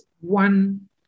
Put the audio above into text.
one